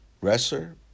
wrestler